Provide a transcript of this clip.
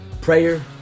prayer